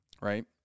right